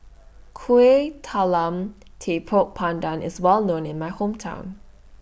Kuih Talam Tepong Pandan IS Well known in My Hometown